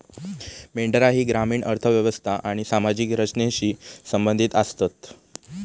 मेंढरा ही ग्रामीण अर्थ व्यवस्था आणि सामाजिक रचनेशी संबंधित आसतत